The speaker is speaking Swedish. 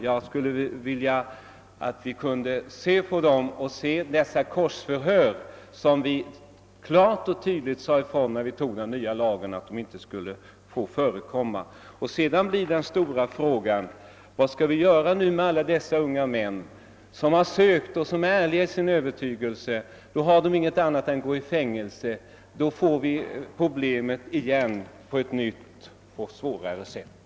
Jag skulle vilja att vi fick möjlighet att studera dessa och de korsförhör som hållits trots att riksdagen när den antog den nya lagen om vapenfri tjänst klart och tydligt uttalade att sådana inte skulle få förekomma. Den stora frågan blir emellertid vad vi skall göra med de unga män, som har ansökt om vapenfri tjänst och som har en ärlig övertygelse i detta avseende. Om deras ansökningar avslås har de inget annat att göra än att gå i fängelse. Då får vi tillbaka problemet på ett nytt och svårare sätt.